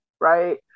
right